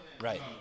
right